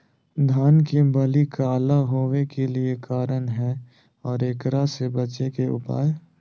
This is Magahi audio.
धान के बाली काला होवे के की कारण है और एकरा से बचे के उपाय?